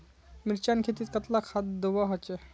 मिर्चान खेतीत कतला खाद दूबा होचे?